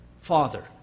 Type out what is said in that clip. Father